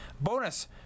bonus